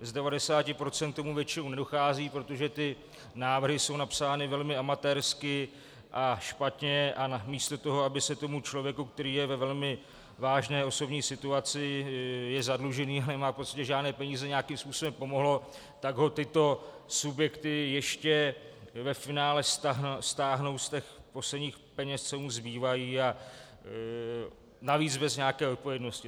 Z 90 % k tomu většinou nedochází, protože ty návrhy jsou napsány velmi amatérsky a špatně a namísto toho, aby se tomu člověku, který je ve velmi vážné osobní situaci, je zadlužený a nemá prostě žádné peníze, nějakým způsobem pomohlo, tak ho tyto subjekty ještě ve finále stáhnou z těch posledních peněz, co mu zbývají, a navíc bez nějaké odpovědnosti.